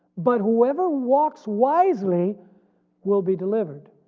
but whoever walks wisely will be delivered.